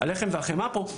הלחם והחמאה פה,